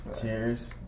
Cheers